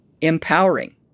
empowering